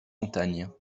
montagne